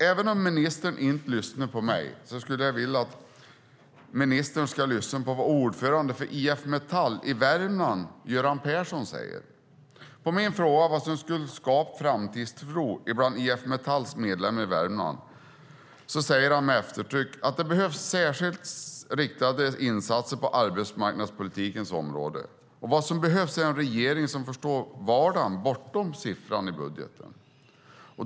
Även om ministern inte lyssnar på mig skulle jag vilja att ministern lyssnar på vad ordföranden för IF Metall i Värmland, Göran Persson, säger. På min fråga om vad som skulle skapa framtidstro bland IF Metalls medlemmar i Värmland säger han med eftertryck: Det behövs särskilt riktade insatser på arbetsmarknadspolitikens område. Vad som behövs är en regering som förstår vardagen bortom siffran i budgeten.